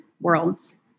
worlds